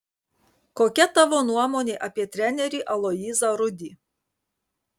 kokia tavo nuomonė apie trenerį aloyzą rudį